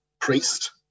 priest